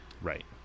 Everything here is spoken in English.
Right